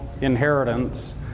inheritance